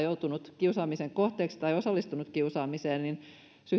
joutunut kiusaamisen kohteeksi tai osallistunut kiusaamiseen niin